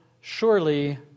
surely